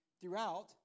throughout